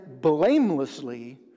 blamelessly